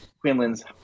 Quinlan's